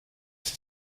sie